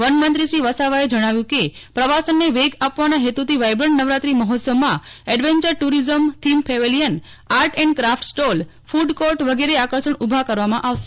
વનમંત્રીશ્રી વસાવાએ જણાવ્યું કે પ્રવાસનને વેગ આપવાના હેતુથી વાયબ્રન્ટ નવરાત્રી મહોત્સવમાં adventure tourism theme pavilion art and craft stall food court વગેરે આકર્ષણ ઉભા કરવામાં આવશે